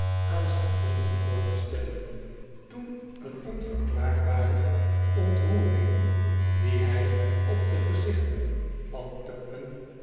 aan zijn vrienden voor te stellen toen een onverklaarbare ontroering die hij op de gezichten van